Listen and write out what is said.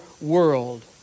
world